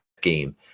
game